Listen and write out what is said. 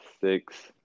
six